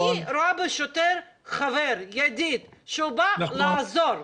אני רואה בשוטר חבר, ידיד שבא לעזור.